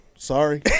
Sorry